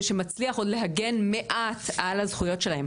שמצליח עוד להגן מעט על הזכויות שלהן.